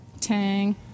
Tang